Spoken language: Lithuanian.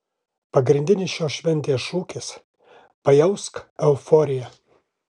pagrindinis šios šventės šūkis pajausk euforiją